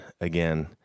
again